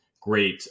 great